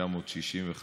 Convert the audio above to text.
התשכ"ט 1965,